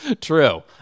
True